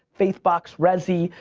faithbox, resy,